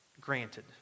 granted